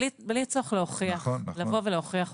בלי צורך להוכיח הוכחות.